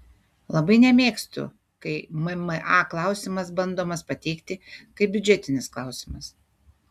labai nemėgstu kai mma klausimas bandomas pateikti kaip biudžetinis klausimas